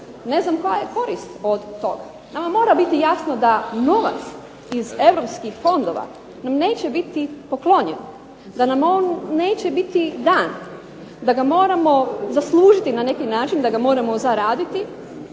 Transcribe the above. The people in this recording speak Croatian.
ne znam koja je korist od toga. Nama mora biti jasno da novac iz europskih fondova nam neće biti poklonjen, da nam on neće biti dan, da ga moram zaslužiti na neki način, da ga moramo zaraditi